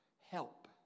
help